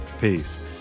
Peace